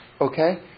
Okay